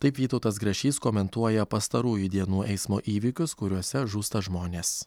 taip vytautas grašys komentuoja pastarųjų dienų eismo įvykius kuriuose žūsta žmonės